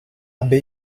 aby